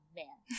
man